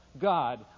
God